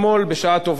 סעיף כל